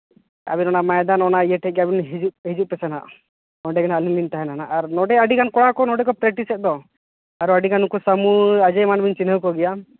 ᱟᱹᱵᱤᱱ ᱚᱱᱟ ᱢᱚᱭᱫᱟᱱ ᱚᱱᱟ ᱤᱭᱟᱹ ᱴᱷᱮᱱ ᱜᱮ ᱟᱹᱵᱤᱱ ᱦᱤᱡᱩᱜ ᱯᱮᱥᱮ ᱦᱟᱸᱜ ᱚᱸᱰᱮ ᱜᱮᱦᱟᱸᱜ ᱟᱹᱞᱤᱧ ᱞᱤᱧ ᱛᱟᱦᱮᱱᱟ ᱦᱟᱸᱜ ᱟᱨ ᱱᱚᱸᱰᱮ ᱟᱹᱰᱤᱜᱟᱱ ᱠᱚᱲᱟ ᱠᱚ ᱱᱚᱸᱰᱮ ᱠᱚ ᱯᱨᱮᱠᱴᱤᱥᱮᱫ ᱫᱚ ᱟᱨᱚ ᱟᱹᱰᱤᱜᱟᱱ ᱩᱱᱠᱩ ᱥᱟᱹᱢᱩ ᱟᱡᱚᱭ ᱮᱢᱟᱱ ᱵᱮᱱ ᱪᱤᱱᱦᱟᱹᱣ ᱠᱚᱜᱮᱭᱟ